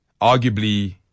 arguably